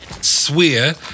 swear